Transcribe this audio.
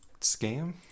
scam